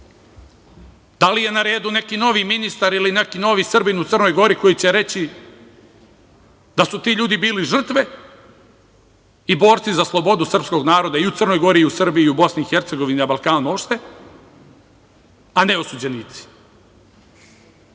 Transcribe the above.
Da li je na redu neki novi ministar ili neki novi Srbin u Crnoj Gori koji će reći da su ti ljudi bili žrtve i borci za slobodu srpskog naroda i u Crnoj Gori, i u Srbiji, i u BiH, na Balkanu uopšte, a ne osuđenici? Kada